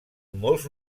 molts